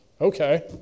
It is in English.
Okay